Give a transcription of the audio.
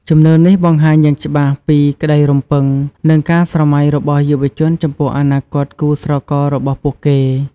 ជំនឿនេះបង្ហាញយ៉ាងច្បាស់ពីក្តីរំពឹង និងការស្រមៃរបស់យុវជនចំពោះអនាគតគូស្រកររបស់ពួកគេ។